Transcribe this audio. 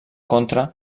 contra